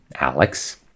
Alex